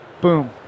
Boom